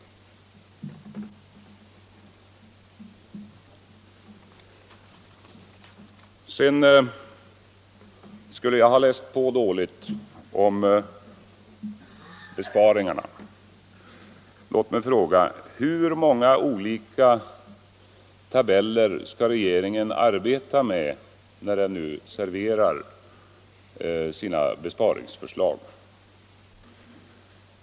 Jag skulle enligt statsministern ha läst på dåligt vad gäller besparingsåtgärderna. Låt mig fråga: Hur många olika tabeller skall regeringen arbeta med när den nu serverar sina besparingsförslag?